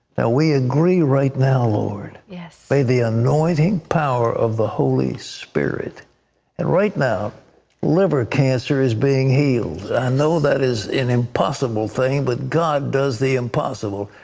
now we agree right now, lord, yeah may the ah appointing power of the holy spirit and right now liver cancer is being healed. i know that is an impossible thing but god does the impossible.